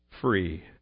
free